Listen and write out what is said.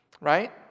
Right